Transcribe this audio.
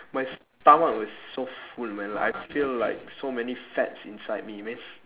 my stomach was so full man like I feel like so many fats inside me man